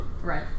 Right